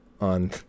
on